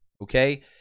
Okay